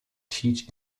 teach